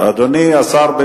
אדוני השר,